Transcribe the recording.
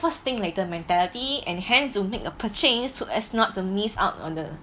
first thing later mentality and hence will make a purchase so as not to miss out on the